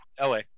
LA